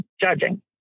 judging